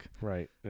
right